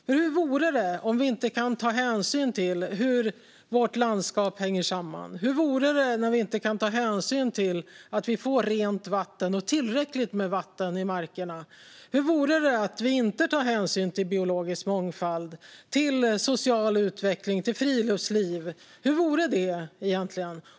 För hur vore det om vi inte kunde ta hänsyn till hur vårt landskap hänger samman? Hur vore det om vi inte kunde ta hänsyn till att vi får rent vatten och tillräckligt med vatten i markerna? Hur vore det om vi inte tog hänsyn till biologisk mångfald, till social utveckling och till friluftsliv? Hur vore det egentligen?